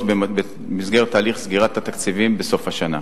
במסגרת תהליך סגירת התקציבים בסוף השנה.